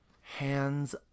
hands